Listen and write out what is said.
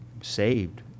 saved